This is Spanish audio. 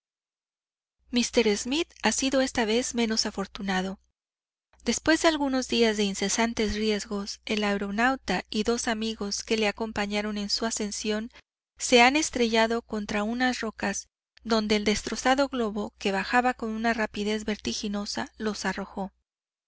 mr smith ha sido esta vez menos afortunado después de algunos días de incesantes riesgos el aeronauta y dos amigos que le acompañaron en su ascensión se han estrellado contra unas rocas donde el destrozado globo que bajaba con una rapidez vertiginosa los arrojó